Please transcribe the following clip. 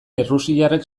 errusiarrek